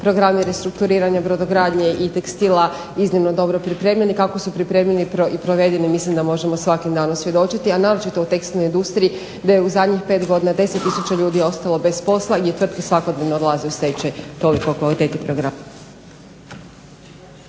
programi restrukturiranja brodogradnje i tekstile iznimno dobro pripremljeni. Kako su pripremljeni i provedeni mislim da možemo svakim danom svjedočiti, a naročito u tekstilnoj industriji gdje je u zadnjih 5 godina 10 tisuća ljudi ostalo bez posla i tvrtke svakodnevno odlaze u stečaj. Toliko o kvaliteti programa.